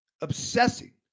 obsessing